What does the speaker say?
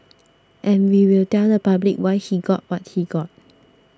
and we will tell the public why he got what he got